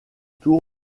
tour